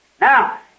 Now